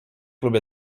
lubię